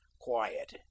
Quiet